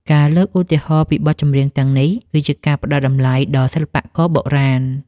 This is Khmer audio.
ការលើកឧទាហរណ៍ពីបទចម្រៀងទាំងនេះ គឺជាការផ្តល់តម្លៃដល់សិល្បករបុរាណ។